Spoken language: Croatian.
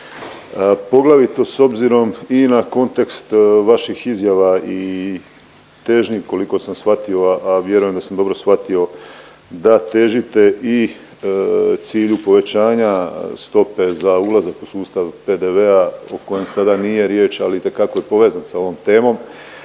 poglavito s obzirom i na kontekst vaših izjava i težnji koliko sam shvatio, a vjerujem da sam dobro shvatio da težite i cilju povećanja stope za ulazak u sustav PDV-a o kojem sada nije riječ, ali itekako je povezan s ovom temom.